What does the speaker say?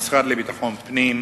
המשרד לביטחון פנים,